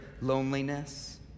loneliness